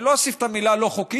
לא אוסיף את המילים "לא חוקית",